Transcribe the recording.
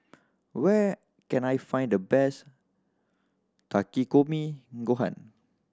where can I find the best Takikomi Gohan